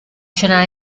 scena